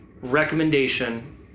recommendation